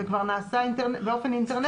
זה כבר נעשה באופן אינטרנטי.